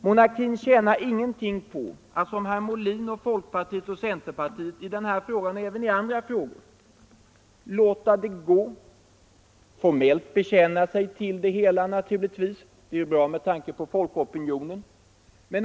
Monarkin tjänar ingenting på att herr Molin och folkpartiet och centerpartiet i den här frågan, och även i andra frågor, bara låter det gå — och formellt bekänner sig till det hela naturligtvis; det är ju bra för dem med tanke på folkopinionen.